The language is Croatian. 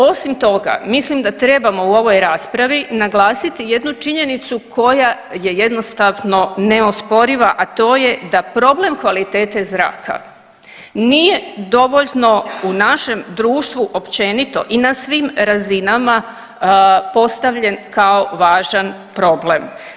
Osim toga, mislim da trebamo u ovoj raspravi naglasiti jednu činjenicu koja je jednostavno neosporiva, a to je da problem kvalitete zraka nije dovoljno u našem društvo općenito i na svim razinama postavljen kao važan problem.